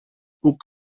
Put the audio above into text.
που